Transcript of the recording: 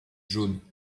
jaune